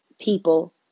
people